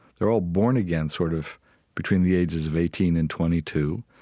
they're all born again, sort of between the ages of eighteen and twenty two.